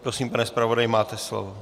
Prosím, pane zpravodaji, máte slovo.